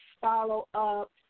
follow-up